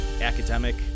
academic